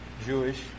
Jewish